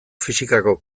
fisikako